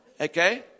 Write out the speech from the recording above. okay